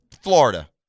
Florida